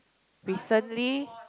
recently